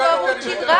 יש לו עמוד שדרה.